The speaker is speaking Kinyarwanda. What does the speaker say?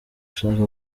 ushaka